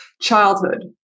Childhood